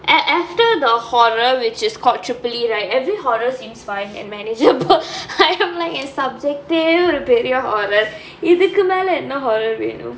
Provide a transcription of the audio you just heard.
af~ after the horror which is called tripoli right every horror seems fine and manageable I am like என்:en subject ah ஒரு பெரிய:oru periya horror இதுக்குமேலெ என்னா:ithukkumaelae ennaa horror வேனோ:veno